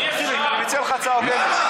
אי-אפשר, אני מציע לך הצעה הוגנת.